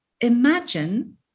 imagine